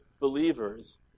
believers